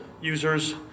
users